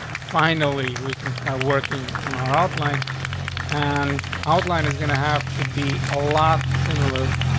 finally, we can start working on our outline and outline is gonna have to be a lot similar.